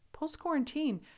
Post-quarantine